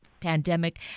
pandemic